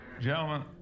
gentlemen